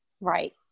Right